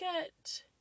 get